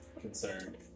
concerned